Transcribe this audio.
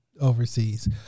overseas